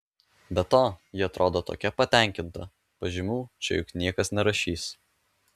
be to ji atrodo tokia patenkinta pažymių čia juk niekas nerašys